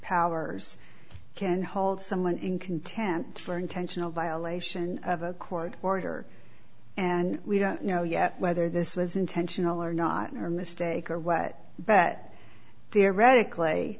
powers can hold someone in content for intentional violation of a court order and we don't know yet whether this was intentional or not or mistake or way that theoretically